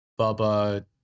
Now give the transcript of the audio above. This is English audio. Bubba